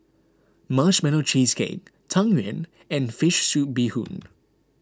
Marshmallow Cheesecake Tang Yuen and Fish Soup Bee Hoon